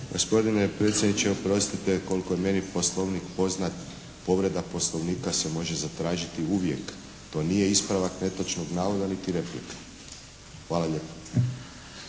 Gospodine predsjedniče oprostite, koliko je meni Poslovnik poznat povreda Poslovnika se može zatražiti uvijek. To nije ispravak netočnog navoda niti replika. Hvala lijepo.